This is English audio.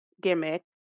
gimmick